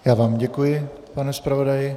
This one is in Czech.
Já vám děkuji, pane zpravodaji.